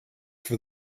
for